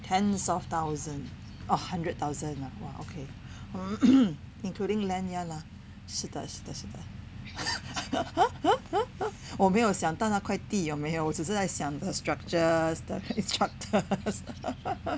tens of thousand or hundred thousand !wah! okay including land ya lah 是的是的是的 我没有想到那块地有没有我只是在想 the structures the instructors